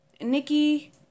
Nikki